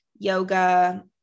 Yoga